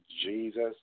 Jesus